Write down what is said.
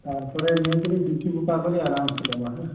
ତାପରେ ନେଇକିରି ବିକି ବୁକା କରି ଆରାମସେ ଦବ ହେଲା